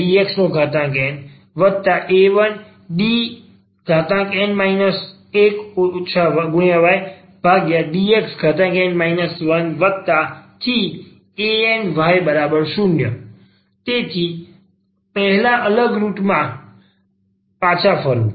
dnydxna1dn 1ydxn 1any0 તેથી પહેલા અલગ રુટ માં પાછા ફરવું